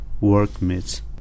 workmates